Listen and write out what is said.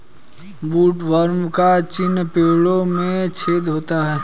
woodworm का चिन्ह पेड़ों में छेद होता है